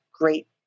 great